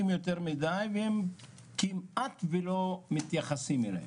יותר מדי והם כמעט ולא מתייחסים אליהם.